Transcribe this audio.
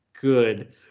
Good